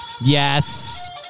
Yes